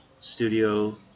studio